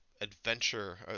adventure